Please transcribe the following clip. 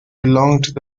belonged